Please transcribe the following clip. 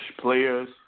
players